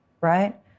right